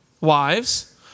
Wives